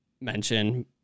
mention